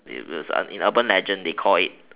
it was a in urban legend they call it